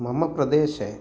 मम प्रदेशे